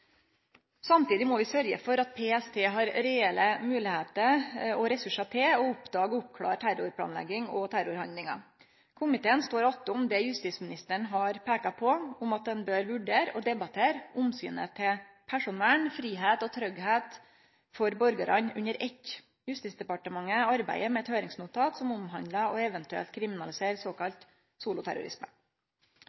må vi sørgje for at PST har reelle moglegheiter og ressursar til å oppdage og oppklåre terrorplanlegging og terrorhandlingar. Komiteen står attom det justisministeren har peika på, om at ein bør vurdere og debattere omsynet til personvern, fridom og tryggleik for borgarane under eitt. Justisdepartementet arbeider med eit høyringsnotat som omhandlar eventuelt